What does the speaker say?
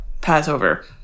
Passover